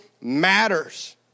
matters